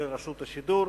של רשות השידור,